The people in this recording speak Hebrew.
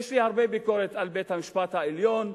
יש לי הרבה ביקורת על בית-המשפט העליון,